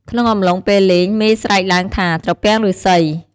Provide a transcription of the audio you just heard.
ក្នុងអំឡុងពេលលេង មេស្រែកឡើងថា "ត្រពាំងឬស្សី "។